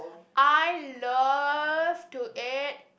I love to eat